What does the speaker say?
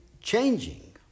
changing